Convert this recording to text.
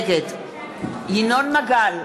נגד ינון מגל,